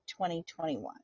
2021